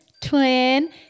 twin